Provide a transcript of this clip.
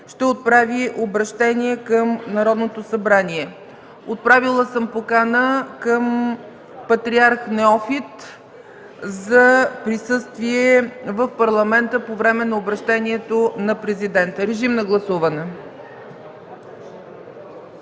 ще отправи обръщение към Народното събрание. Отправила съм покана към Патриарх Неофит за присъствие в Парламента по време на обръщението на президента. Моля, гласувайте.